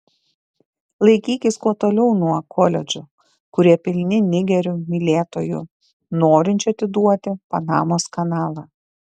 laikykis kuo toliau nuo koledžų kurie pilni nigerių mylėtojų norinčių atiduoti panamos kanalą